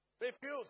Refuse